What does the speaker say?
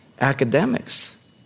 academics